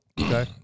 Okay